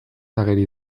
ageri